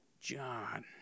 John